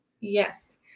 Yes